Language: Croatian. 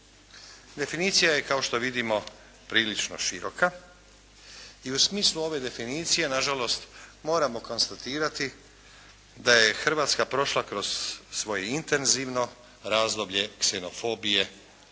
Definicija je kao što vidimo prilično široka i u smislu ove definicije na žalost moramo konstatirati da je Hrvatska prošla kroz svoje intenzivno razdoblje ksenofobije i